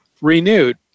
renewed